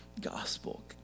gospel